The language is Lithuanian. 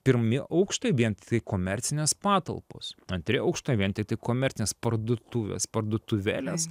pirmi aukšte vien tiktai komercinės patalpos antri aukštai vien tiktai komercinės parduotuvės parduotuvėlės